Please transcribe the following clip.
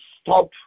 stop